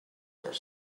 are